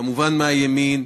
כמובן מהימין,